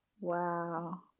wow